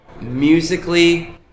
musically